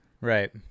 Right